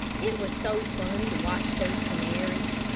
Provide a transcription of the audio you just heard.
it was so funny to watch those canaries.